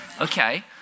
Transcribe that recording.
okay